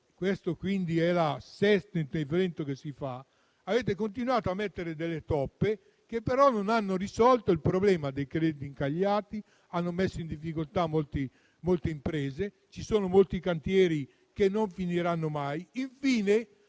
questi mesi - è il sesto intervento al riguardo - avete continuato a mettere delle toppe, che però non hanno risolto il problema dei crediti incagliati e hanno messo in difficoltà molte imprese. Vi sono molti cantieri che non finiranno mai. Infine,